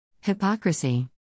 Hypocrisy